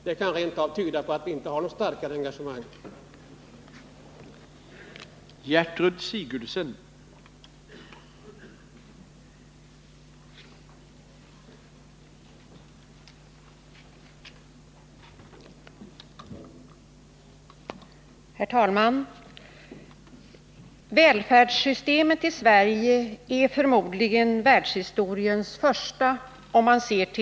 Det kan rent av tyda på att vi inte har något starkare engagemang i frågan.